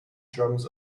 drums